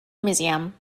museum